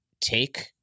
take